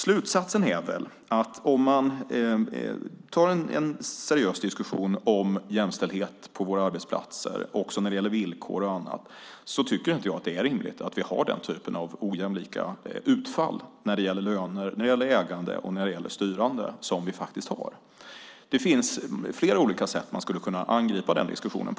Slutsatsen är att om man tar en seriös diskussion om jämställdhet på våra arbetsplatser när det gäller villkor och annat tycker inte jag att det är rimligt att vi har den typen av ojämlika utfall i löner, ägande och styrande som vi faktiskt har. Det finns flera olika sätt på vilka man skulle kunna angripa den diskussionen.